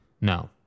No